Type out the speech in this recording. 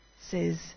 says